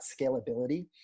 scalability